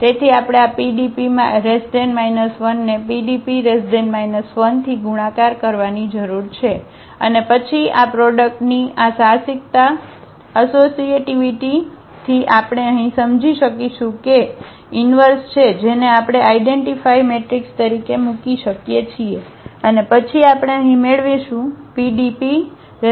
તેથી આપણે આ PDP 1 ને PDP 1 થી ગુણાકાર કરવાની જરૂર છે અને પછી આ પ્રોડક્ટની આ સાહસિકતા અસોસીએટીવીટી પ્રોપર્ટી થી આપણે અહીં સમજી શકીશું કે Inverse છે જેને આપણે આઇડેન્ટીફાય મેટ્રિક્સ તરીકે મૂકી શકીએ છીએ અને પછી આપણે અહીં મેળવીશું